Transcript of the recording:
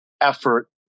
effort